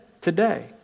Today